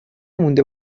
مونده